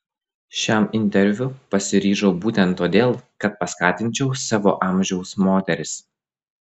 šiam interviu pasiryžau būtent todėl kad paskatinčiau savo amžiaus moteris